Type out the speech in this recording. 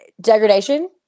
degradation